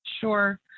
Sure